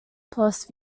plus